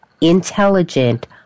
intelligent